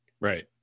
Right